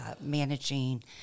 managing